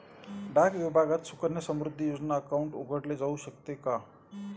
डाक विभागात सुकन्या समृद्धी योजना अकाउंट उघडले जाऊ शकते का?